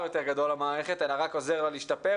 יותר גדול למערכת אלא רק עוזר לה להשתפר.